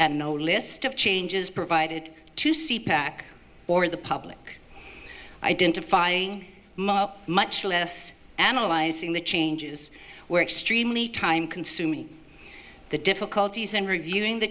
and no list of changes provided to see pac or the public identifying much less analyzing the changes were extremely time consuming the difficulties in reviewing the